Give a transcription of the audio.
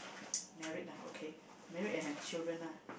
married lah okay married and have children lah